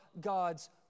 God's